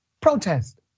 protest